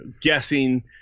guessing